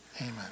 Amen